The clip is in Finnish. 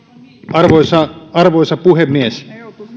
arvoisa arvoisa puhemies